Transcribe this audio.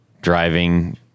driving